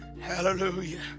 Hallelujah